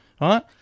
Right